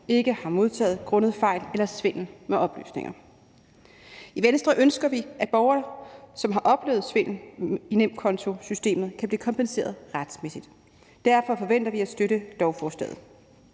ikke har modtaget grundet fejl eller svindel med oplysninger. I Venstre ønsker vi, at borgere, som har oplevet svindel i nemkontosystemet, kan blive kompenseret retmæssigt. Derfor forventer vi at støtte lovforslaget.